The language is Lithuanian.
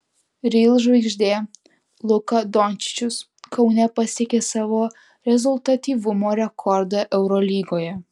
real žvaigždė luka dončičius kaune pasiekė savo rezultatyvumo rekordą eurolygoje